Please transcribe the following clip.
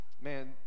Man